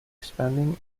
expanding